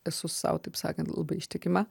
esu sau taip sakant labai ištikima